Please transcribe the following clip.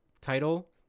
title